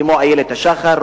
כמו איילת-השחר,